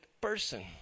person